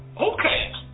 okay